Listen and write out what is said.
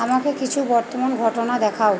আমাকে কিছু বর্তমান ঘটনা দেখাও